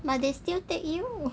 but they still take you